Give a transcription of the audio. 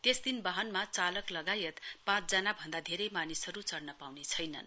त्यसदिन वाहनमा चालक लगायत पाँच जना भन्दा धेरै मानिसहरू चढ़न पाउने छैनन्